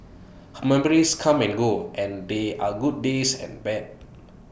her memories come and go and there are good days and bad